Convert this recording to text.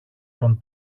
τον